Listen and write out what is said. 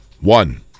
One